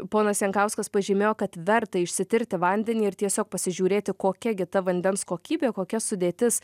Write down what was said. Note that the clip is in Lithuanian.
ponas jankauskas pažymėjo kad verta išsitirti vandenį ir tiesiog pasižiūrėti kokia gi ta vandens kokybė kokia sudėtis